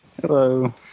Hello